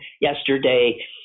yesterday